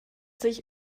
sich